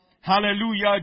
Hallelujah